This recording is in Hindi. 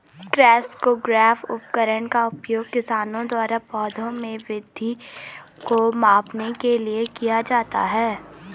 क्रेस्कोग्राफ उपकरण का उपयोग किसानों द्वारा पौधों में वृद्धि को मापने के लिए किया जाता है